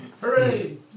Hooray